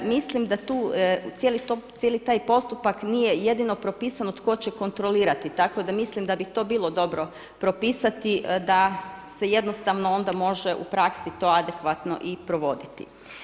Mislim da tu cijeli taj postupak nije jedino propisano tko će kontrolirati, tako da mislim da bi to bilo dobro propisati da se jednostavno onda može u praksi to adekvatno i provoditi.